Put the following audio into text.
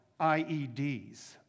IEDs